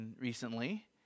recently